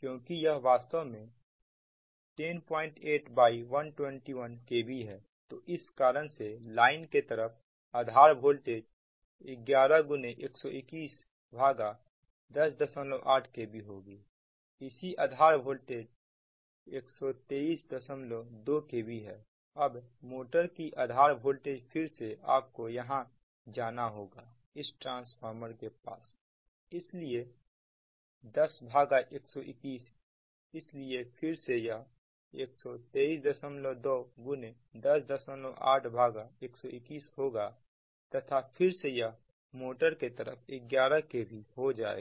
क्योंकि यह वास्तव में 108121 k V है तो इस कारण से लाइन के तरफ आधार वोल्टेज 11121108kvहोगी इसलिए आधार वोल्टेज 1232 kv है अब मोटर की आधार वोल्टेज फिर से आपको यहां जाना होगा इस ट्रांसफार्मर के पास इसलिए 10121 इसलिए फिर से यह 1232 108 121होगा तथा फिर से यह मोटर के तरफ 11kv हो जाएगा